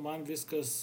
man viskas